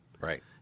Right